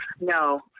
No